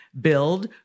Build